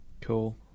Cool